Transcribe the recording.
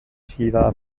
shiva